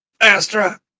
Astra